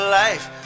life